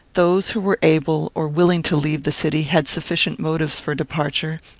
those who were able or willing to leave the city had sufficient motives for departure,